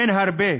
אין הרבה.